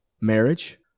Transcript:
marriage